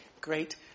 great